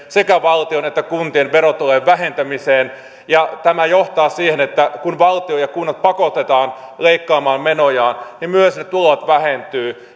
ja sekä valtion että kuntien verotulojen vähentämiseen ja tämä johtaa siihen että kun valtio ja kunnat pakotetaan leikkaamaan menojaan niin myös ne tulot vähentyvät